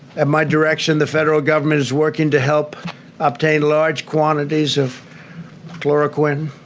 at my direction, the federal government is working to help obtain large quantities of chloroquine.